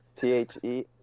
T-H-E